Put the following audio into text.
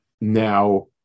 Now